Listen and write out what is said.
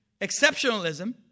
exceptionalism